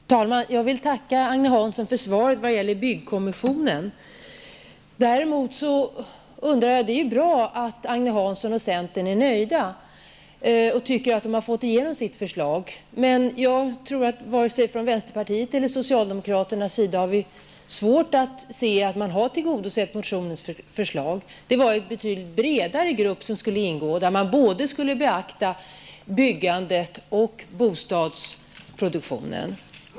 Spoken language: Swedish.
Fru talman! Jag vill tacka Agne Hansson för svaret vad gäller byggkommissionen. Det är bra att Agne Hansson och centern är nöjda med att ha fått igenom sitt förslag. Men både socialdemokraterna och vi i vänsterpartiet har svårt att se att man har tillgodosett motionens förslag. Det var en betydligt bredare grupp som skulle ingå och man skulle beakta både byggandet och bostadsproduktionen.